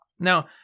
Now